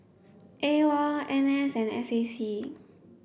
A O L N S and S A C